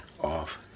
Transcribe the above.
off